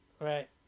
right